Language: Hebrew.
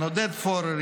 עודד פורר,